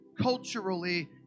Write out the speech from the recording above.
culturally